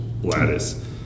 lattice